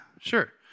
Sure